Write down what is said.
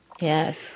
Yes